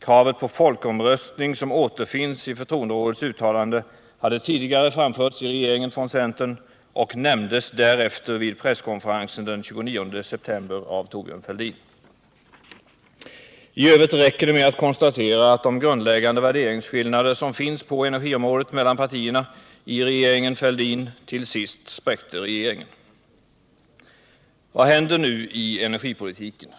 Kravet på folkomröstning som återfinns i förtroenderådets uttalande hade tidigare framförts i regeringen från centern och nämndes därefter vid presskonferensen den 29 september av Thorbjörn Fälldin. I övrigt räcker det med att konstatera att de grundläggande värderingsskillnader som finns på energiområdet mellan partierna i regeringen Fälldin till sist spräckte regeringen. Vad händer nu i energipolitiken?